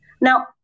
Now